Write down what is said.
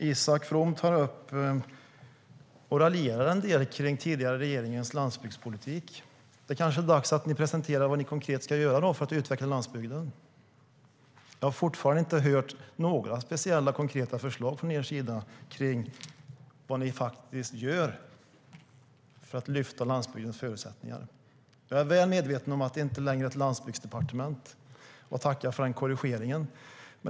Isak From tar upp den tidigare regeringens landsbygdspolitik och raljerar en del kring den. Det kanske är dags att ni presenterar vad ni ska konkret ska göra för att utveckla landsbygden, Isak From. Jag har fortfarande inte hört några konkreta förslag från er sida om vad ni faktiskt gör för att lyfta upp landsbygdens förutsättningar. Jag är väl medveten om att det inte längre är ett landsbygdsdepartement, och jag tackar för korrigeringen.